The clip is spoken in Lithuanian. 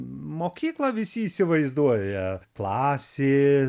mokyklą visi įsivaizduoja klasė